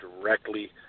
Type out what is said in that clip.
directly